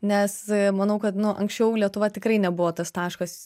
nes manau kad nu anksčiau lietuva tikrai nebuvo tas taškas